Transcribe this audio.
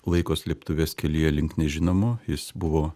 laiko slėptuvės kelyje link nežinomo jis buvo